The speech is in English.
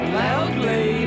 loudly